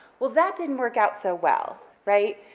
well, that didn't work out so well, right,